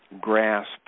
grasp